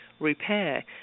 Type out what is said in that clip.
repair